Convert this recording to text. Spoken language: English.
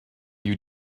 you